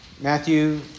Matthew